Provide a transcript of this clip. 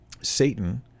Satan